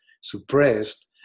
suppressed